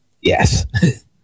yes